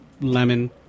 lemon